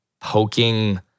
poking